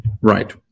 Right